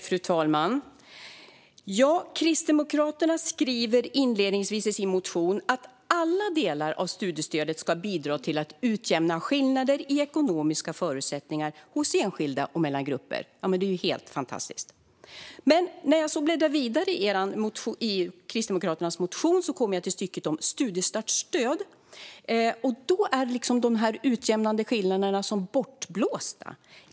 Fru talman! Kristdemokraterna skriver inledningsvis i sin motion att alla delar av studiestödet ska bidra till att utjämna skillnader i ekonomiska förutsättningar hos enskilda och mellan grupper. Det är ju helt fantastiskt! Men när jag sedan bläddrar vidare i Kristdemokraternas motion kommer jag till stycket om studiestartsstöd. Där är utjämnandet av skillnader som bortblåst.